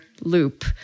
loop